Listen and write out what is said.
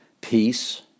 peace